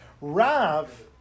Rav